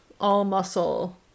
all-muscle